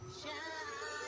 shine